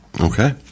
Okay